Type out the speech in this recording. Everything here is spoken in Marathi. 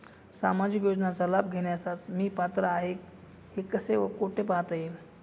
सामाजिक योजनेचा लाभ घेण्यास मी पात्र आहे का हे कसे व कुठे पाहता येईल?